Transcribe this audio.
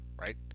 right